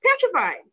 petrified